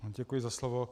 Děkuji za slovo.